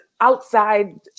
outside